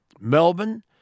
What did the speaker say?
Melbourne